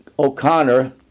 O'Connor